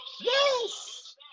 Yes